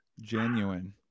Genuine